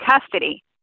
custody